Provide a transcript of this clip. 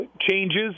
changes